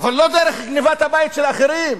אבל לא דרך גנבת הבית של אחרים,